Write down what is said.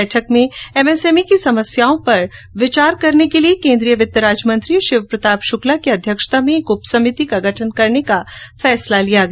बैठक में एमएसएमई की समस्याओं पर विचार करने के लिए केन्द्रीय वित्त राज्यमंत्री शिवप्रताप शुक्ला की अध्यक्षता में एक उपसमिति का गठन करने का निर्णय लिया गया